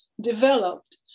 developed